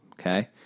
Okay